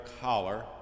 collar